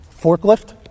Forklift